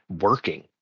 working